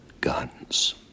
guns